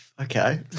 Okay